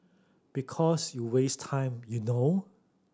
because you waste time you know